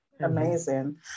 Amazing